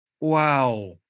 Wow